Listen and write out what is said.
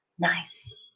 nice